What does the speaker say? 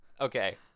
okay